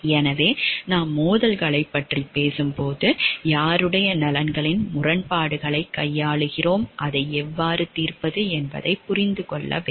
எனவே நாம் மோதல்களைப் பற்றி பேசும்போது யாருடைய நலன்களின் முரண்பாடுகளைக் கையாளுகிறோம் அதை எவ்வாறு தீர்ப்பது என்பதைப் புரிந்து கொள்ள வேண்டும்